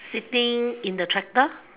sitting in the tractor